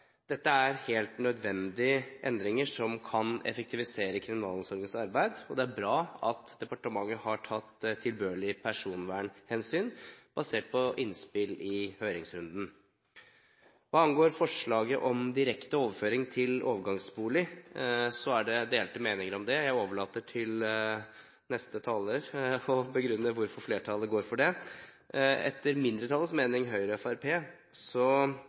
Dette er helt nødvendige endringer som kan effektivisere kriminalomsorgens arbeid. Det er bra at departementet har tatt tilbørlige personvernhensyn, basert på innspill i høringsrunden. Hva angår forslaget om direkte overføring til overgangsbolig, er det delte meninger om det. Jeg overlater til neste taler å begrunne hvorfor flertallet går for det. Mindretallet, Høyre og